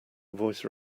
voice